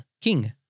king